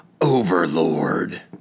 Overlord